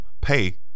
pay